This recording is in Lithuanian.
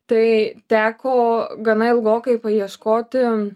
tai teko gana ilgokai paieškoti